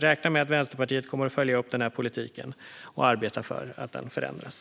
Räkna med att Vänsterpartiet kommer att följa upp denna politik och arbeta för att den ska förändras!